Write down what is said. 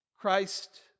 Christ